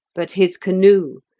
but his canoe,